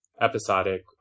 episodic